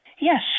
Yes